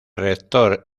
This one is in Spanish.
rector